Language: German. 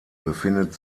befindet